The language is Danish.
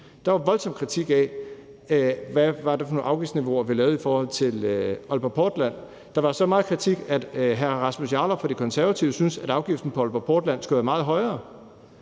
Der var voldsom kritik, i forhold til hvad det var for nogen afgiftsniveauer, vi lavede i forhold til Aalborg Portland. Der var så meget kritik, at hr. Rasmus Jarlov fra De Konservative syntes, at afgiften på Aalborg Portland skulle være meget højere,